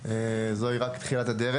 זוהי רק תחילת הדרך.